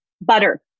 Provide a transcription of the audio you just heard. butter